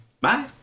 Bye